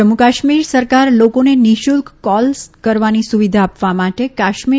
જમ્મુ કાશ્મીર સરકાર લોકોને નિઃશૂલ્ક કોલ કરવાની સુવિધા આપવા માટે કાશ્મીર